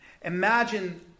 Imagine